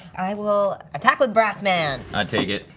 i will attack with brass man. i take it.